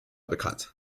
bekannt